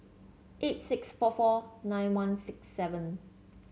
eight six four four nine one six seven